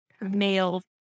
male